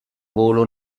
volo